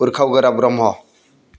Urkhao Gwra Brahma